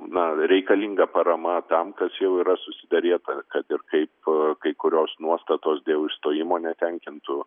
na reikalinga parama tam kas jau yra susiderėta kad ir kaip kai kurios nuostatos dėl išstojimo netenkintų